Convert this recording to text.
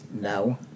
No